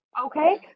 okay